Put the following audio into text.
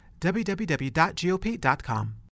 www.gop.com